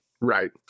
right